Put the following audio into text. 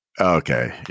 Okay